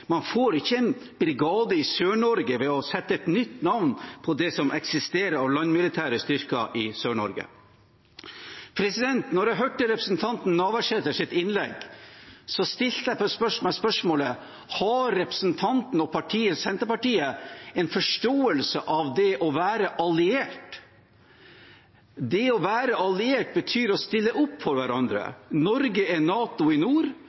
Man får ikke en brigade i Sør-Norge ved å sette et nytt navn på det som eksisterer av landmilitære styrker i Sør-Norge. Da jeg hørte representanten Navarsetes innlegg, stilte jeg meg spørsmålet: Har representanten og partiet Senterpartiet en forståelse av det å være alliert? Det å være alliert betyr å stille opp for hverandre. Norge er NATO i Nord,